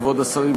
כבוד השרים,